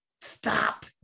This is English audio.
stop